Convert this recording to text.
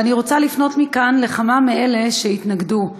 ואני רוצה לפנות מכאן לכמה מאלה שהתנגדו,